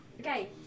okay